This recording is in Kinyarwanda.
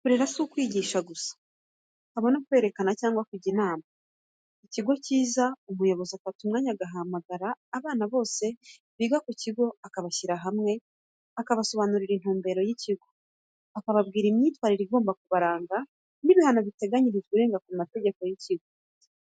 Kurera si ukwigisha gusa, haba no kwerekera cyangwa kujya inama. Ikigo cyiza, umuyobozi afata umwanya, agahamagara abana bose biga ku kigo, akabashyira hamwe, akabasobanurira intumbero y'ikigo, akababwira imyitwarire igomba kubaranga, n'ibihano biteganyirijwe urenga ku mategeko y'ikigo.